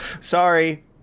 sorry